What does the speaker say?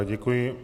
Děkuji.